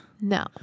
No